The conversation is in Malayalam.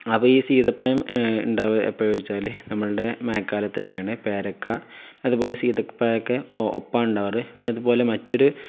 അപ്പോള് ഈ സീതപ്പഴം ഉണ്ടാവക എപ്പോഴാണെന്ന് ചോദിച്ചാല് നമ്മുടെ മഴക്കാലത്തുതന്നെയാണ് പേരയ്ക്ക അതുപോലെ സീതപ്പഴമൊക്കെ ഒപ്പമാണുണ്ടാകാറ് പിന്നെയതുപോലെ മറ്റൊരു